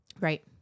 Right